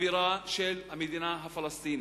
הבירה של המדינה הפלסטינית.